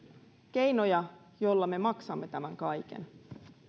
keinoja joilla me maksamme tämän kaiken